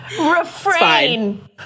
refrain